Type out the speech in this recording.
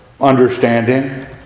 understanding